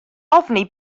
ofni